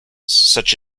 such